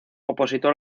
opositor